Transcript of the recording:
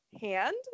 hand